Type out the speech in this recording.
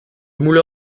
moulin